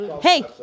Hey